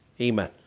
Amen